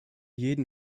jeden